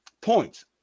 points